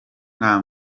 nta